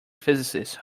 physicist